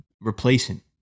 replacing